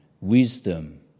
wisdom